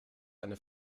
eine